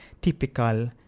typical